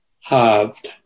halved